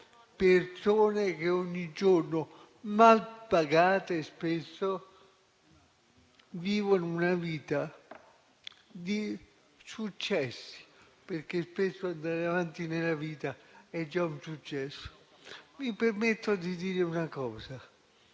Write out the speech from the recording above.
persone che ogni giorno, spesso malpagate, vivono una vita di successi, perché spesso andare avanti nella vita è già un successo. Mi permetto di dire una cosa,